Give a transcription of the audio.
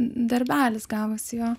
darbelis gavosi jo